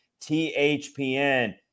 THPN